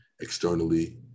externally